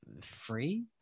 free